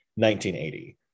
1980